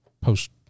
post